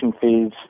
fees